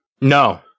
no